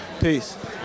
Peace